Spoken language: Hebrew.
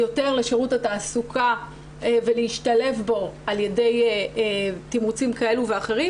יותר לשירות התעסוקה ולהשתלב בו על ידי תמרוצים כאלו ואחרים,